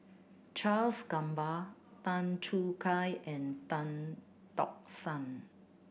Charles Gamba Tan Choo Kai and Tan Tock San